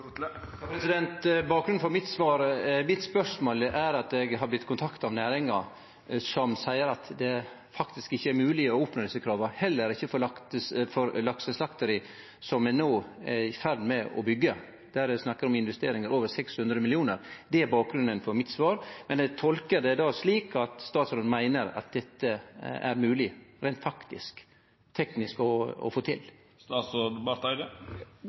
er at eg har blitt kontakta av næringa, som seier at det faktisk ikkje er mogleg å oppnå desse krava, heller ikkje for lakseslakteri som ein no er i ferd med å byggje, der ein snakkar om investeringar på over 600 mill. kr. Det er bakgrunnen for spørsmålet mitt, men eg tolkar det slik at statsråden meiner at dette er mogleg reint faktisk og teknisk å få til. Selv om jeg er statsråd,